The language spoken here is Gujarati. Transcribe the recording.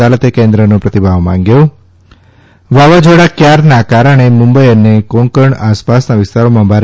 અદાલતે કેન્દ્ નો પ્રતિભાવ માંગ્યો વાવાઝોડા ક્યારના કારણે મુંબઈ અને કોંકણ આસપાસના વિસ્તારોમાં ભારે